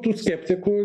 tų skeptikų